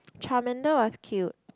Charmander was cute